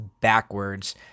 backwards